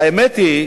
והאמת היא,